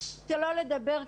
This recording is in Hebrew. שלא לדבר,